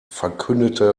verkündete